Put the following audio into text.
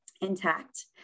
intact